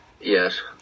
yes